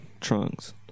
trunks